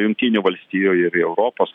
jungtinių valstijų ir ir europos